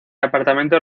apartamentos